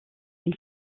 une